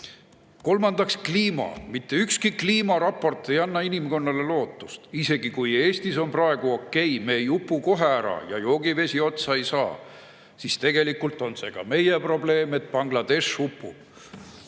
"Kolmandaks kliima. "Mitte ükski kliimaraport ei anna inimkonnale lootust. Isegi kui Eestis on praegu okei, me kohe ära ei upu ja joogivesi otsa ei saa, siis tegelikult on see ka meie probleem, et Bangladesh upub